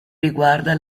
riguarda